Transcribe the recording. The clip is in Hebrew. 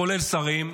כולל שרים,